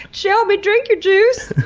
shelby drink your juice!